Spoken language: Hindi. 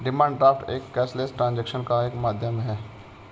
डिमांड ड्राफ्ट एक कैशलेस ट्रांजेक्शन का एक माध्यम है